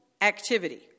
activity